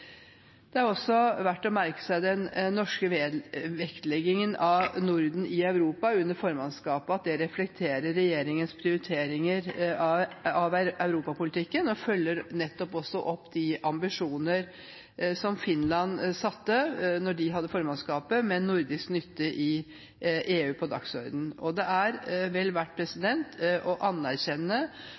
Det er også verdt å merke seg at den norske vektleggingen av Norden i Europa under formannskapet reflekterer regjeringens prioritering av europapolitikken, og også følger opp de ambisjoner som Finland satte på dagsordenen da de hadde formannskapet, «mer nordisk nytte i EU». Og det er vel verdt å anerkjenne